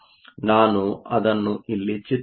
ನಾನು ಅದನ್ನು ಇಲ್ಲಿ ಚಿತ್ರಿಸುತ್ತೇನೆ